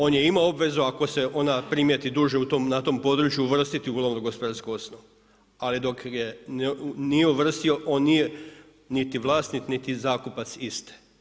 On je imao obvezu ako se ona primijeti duže na tom području, uvrstiti u lovno-gospodarsku osnovu, ali dok je nije uvrstio, on nije niti vlasnik niti zakupac iste.